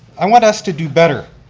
i want us to do better.